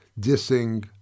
dissing